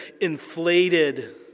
inflated